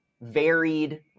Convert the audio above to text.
varied